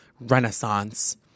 Renaissance